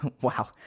Wow